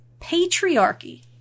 patriarchy